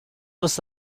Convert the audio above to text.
was